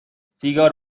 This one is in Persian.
سیگار